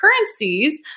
currencies